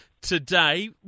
today